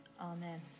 amen